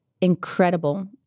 incredible